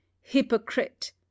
Hypocrite